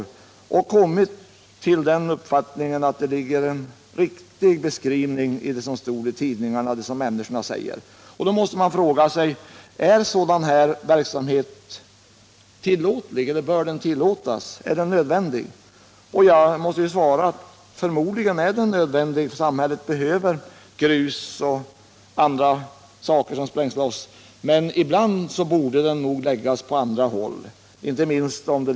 Därvid har jag kommit fram till uppfattningen att vad tidningarna och folk sagt är riktigt. Då måste man fråga sig om en sådan här verksamhet är tillåtlig eller om den bör tillåtas. Och är den nödvändig? Jag måste svara att den förmodligen är nödvändig, eftersom samhället behöver grus och annat som sprängs loss, men ibland borde nog verksamheten förläggas till andra platser.